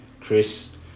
Chris